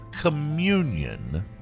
communion